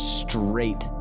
straight